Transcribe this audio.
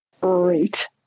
Great